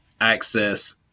access